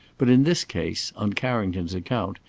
but in this case, on carrington's account,